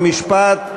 חוק ומשפט?